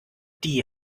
die